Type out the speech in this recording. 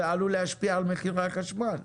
זה עלול להשפיע על מחירי החשמל,